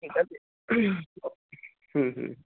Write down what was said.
আছে হুম হুম